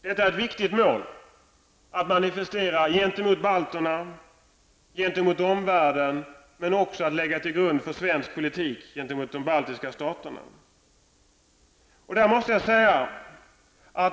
Detta är ett viktigt mål att manifestera gentemot balterna och övriga omvärlden, men också att lägga till grund för svensk politik gentemot de baltiska staterna.